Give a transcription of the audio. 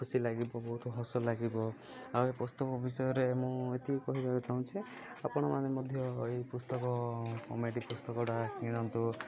ଖୁସି ଲାଗିବ ବହୁତ ହସ ଲାଗିବ ଆଉ ଏ ପୁସ୍ତକ ବିଷୟରେ ମୁଁ ଏତିକି କହିବାକୁ ଚାହୁଁଛି ଯେ ଆପଣମାନେ ମଧ୍ୟ ଏଇ ପୁସ୍ତକ କମେଡ଼ି ପୁସ୍ତକଟା କିଣନ୍ତୁ